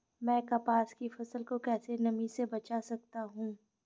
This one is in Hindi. मैं कपास की फसल को कैसे नमी से बचा सकता हूँ?